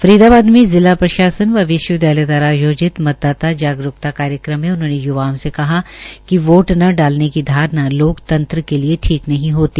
फरीदाबाद में जिला प्रशासन व विश्वविद्यालय दवारा आयोजित मतदाता जागरूकता कार्यक्रम में उन्होंने य्वाओं से कहा कि वोट न डालने की धारणा लोकतंत्र के लिए ठीक नहीं होती